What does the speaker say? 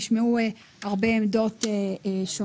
נשמעו אז הרבה עמדות שונות,